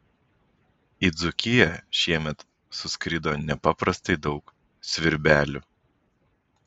į dzūkiją šiemet suskrido nepaprastai daug svirbelių